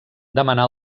demanà